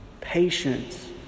patience